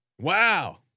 Wow